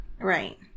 Right